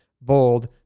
bold